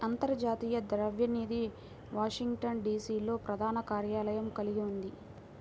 అంతర్జాతీయ ద్రవ్య నిధి వాషింగ్టన్, డి.సి.లో ప్రధాన కార్యాలయం కలిగి ఉంది